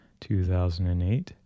2008